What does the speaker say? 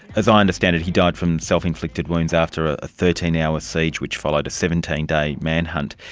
as i understand it he died from self-inflicted wounds after a thirteen hour siege which followed a seventeen day manhunt.